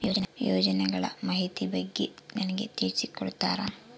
ಯೋಜನೆಗಳ ಮಾಹಿತಿ ಬಗ್ಗೆ ನನಗೆ ತಿಳಿಸಿ ಕೊಡ್ತೇರಾ?